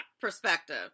perspective